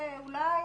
אולי